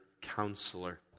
counselor